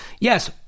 yes